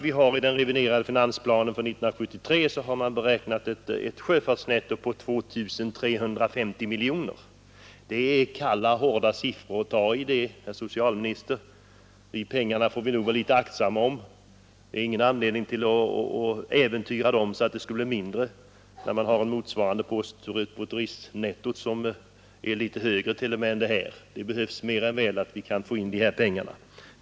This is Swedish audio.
I den reviderade finansplanen för 1973 har sjöfartsnettot beräknats till 2 350 miljoner kronor. Det är kalla, hårda siffror att ta i, herr socialminister! De pengarna får vi nog vara aktsamma om. Det finns ingen anledning att äventyra dem, så att nettot blir mindre. Vi har en motsvarande nettopost åt andra hållet, dvs. förlust, t.o.m. litet högre från turistnäringen, och vi behöver mer än väl få in de här pengarna på sjöfarten.